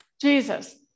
Jesus